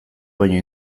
baino